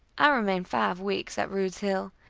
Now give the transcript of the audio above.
i remained five weeks at rude's hill,